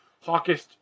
hawkish